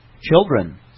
Children